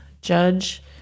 judge